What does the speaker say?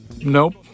Nope